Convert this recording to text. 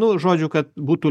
nu žodžiu kad būtų